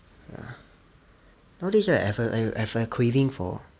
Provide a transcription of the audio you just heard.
ya nowadays right I have a I have a craving for